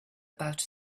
about